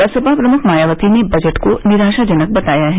बसपा प्रमुख मायावती ने बजट को निराशाजनक बताया है